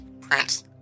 Prince